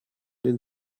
den